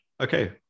Okay